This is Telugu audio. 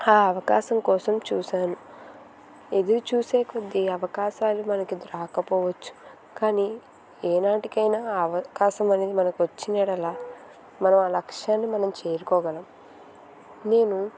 ఆ అవకాశం కోసం చూశాను ఎదురు చూసే కొద్ది అవకాశాలు మనకి రాకపోవచ్చు కానీ ఏనాటికైనా అవకాశం అనేది మనకు వచ్చిన యెడల మనం ఆ లక్ష్యాన్ని మనం చేరుకోగలం నేను